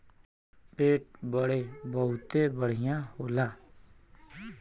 पेट बदे बहुते बढ़िया होला